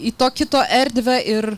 į to kito erdvę ir